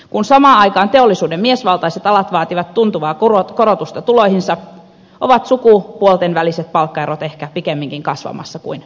kun samaan aikaan teollisuuden miesvaltaiset alat vaativat tuntuvaa korotusta tuloihinsa ovat sukupuolten väliset palkkaerot ehkä pikemminkin kasvamassa kuin supistumassa